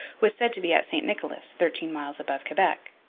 was said to be at st nicholas, thirteen miles above quebec,